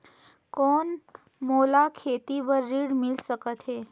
कौन मोला खेती बर ऋण मिल सकत है?